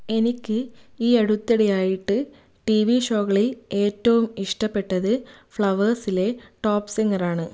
എനിക്ക് ഈ അടുത്തിടെ ആയിട്ട് ടി വി ഷോകളിൽ ഏറ്റവും ഇഷ്ടപ്പെട്ടത് ഫ്ലവേർസിലെ ടോപ് സിംഗർ ആണ്